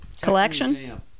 collection